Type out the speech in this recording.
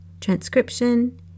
transcription